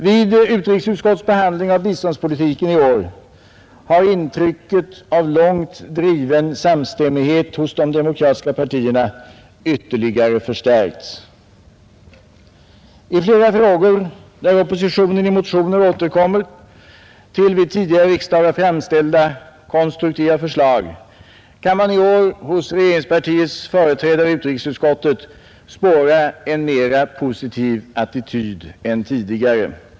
Vid utrikesutskottets behandling av biståndspolitiken i år har intrycket av långt driven samstämmighet hos de demokratiska partierna ytterligare förstärkts. I flera frågor, där oppositionen i motioner återkommer till vid tidigare riksdagar framförda konstruktiva förslag, kan man i år hos regeringspartiets företrädare i utrikesutskottet spåra en mera positiv attityd än tidigare.